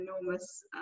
enormous